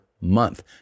month